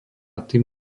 tým